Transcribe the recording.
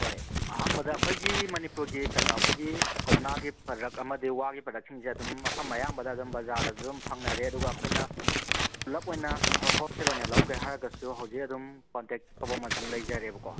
ꯍꯣꯏ ꯑꯍꯥꯝꯕꯗ ꯑꯩꯈꯣꯏꯒꯤ ꯃꯅꯤꯄꯨꯔꯒꯤ ꯀꯩꯅꯣ ꯑꯩꯈꯣꯏꯒꯤ ꯀꯧꯅꯥꯒꯤ ꯄ꯭ꯔꯗꯛ ꯑꯃꯗꯤ ꯋꯥꯒꯤ ꯄ꯭ꯔꯗꯛꯁꯤꯡꯁꯦ ꯑꯗꯨꯝ ꯃꯐꯝ ꯑꯌꯥꯝꯕꯗ ꯑꯗꯨꯝ ꯕꯖꯥꯔꯗꯖꯨ ꯑꯗꯨꯝ ꯐꯪꯅꯔꯦ ꯑꯗꯨꯒ ꯑꯩꯈꯣꯏꯅ ꯄꯨꯂꯞ ꯑꯣꯏꯅ ꯍꯣꯜꯁꯦꯜ ꯑꯣꯏꯅ ꯂꯧꯒꯦ ꯍꯥꯏꯔꯒꯁꯨ ꯍꯧꯖꯤꯛ ꯑꯗꯨꯝ ꯀꯟꯇꯦꯛ ꯇꯧꯕꯝ ꯑꯗꯨꯝ ꯂꯩꯖꯔꯦꯕꯀꯣ